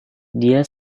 dia